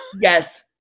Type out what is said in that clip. Yes